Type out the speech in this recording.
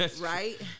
Right